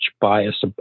bias